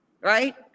Right